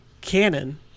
canon